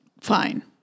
Fine